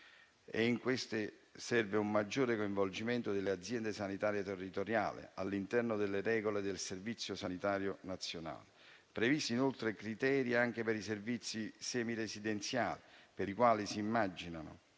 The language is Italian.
In questo, serve un maggiore coinvolgimento delle aziende sanitarie territoriali all'interno delle regole del Servizio sanitario nazionale. Sono previsti, inoltre, criteri anche per i servizi semiresidenziali, per i quali si immaginano